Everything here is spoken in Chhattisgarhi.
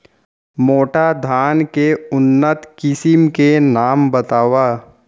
मोटा धान के उन्नत किसिम के नाम बतावव?